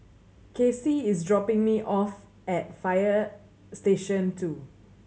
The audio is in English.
Kacy is dropping me off at Fire Station two